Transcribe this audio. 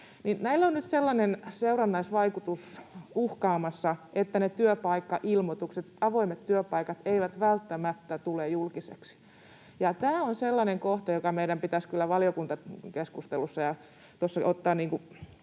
sellainen seurannaisvaikutus uhkaamassa, että ne työpaikkailmoitukset, avoimet työpaikat, eivät välttämättä tule julkisiksi. Ja tämä on sellainen kohta, joka meidän pitäisi kyllä valiokuntakeskustelussa